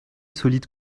solide